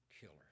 killer